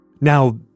Now